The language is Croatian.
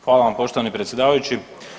Hvala vam poštovani predsjedavajući.